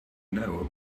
know